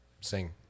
sing